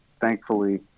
thankfully